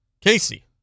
Casey